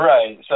Right